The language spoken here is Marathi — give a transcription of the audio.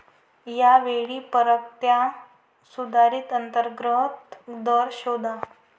या वेळी परताव्याचा सुधारित अंतर्गत दर शोधा